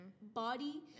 body